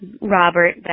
Robert